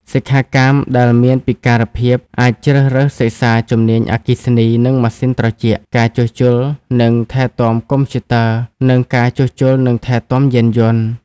សិក្ខាកាមដែលមានពិការភាពអាចជ្រើសរើសសិក្សាជំនាញអគ្គិសនីនិងម៉ាស៊ីនត្រជាក់ ការជួសជុលនិងថែទាំកុំព្យូទ័រ និងការជួសជុលនិងថែទាំយានយន្ត។